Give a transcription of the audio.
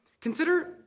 Consider